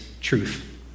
truth